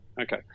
okay